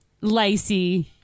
Lacey